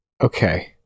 okay